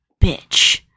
bitch